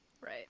Right